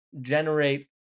generate